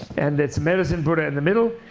and that's medicine buddha in the middle.